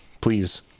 please